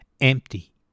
empty